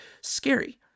scary